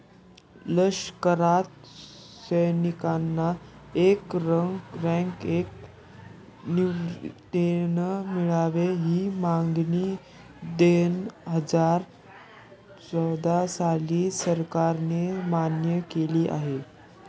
लष्करात सैनिकांना एक रँक, एक निवृत्तीवेतन मिळावे, ही मागणी दोनहजार चौदा साली सरकारने मान्य केली आहे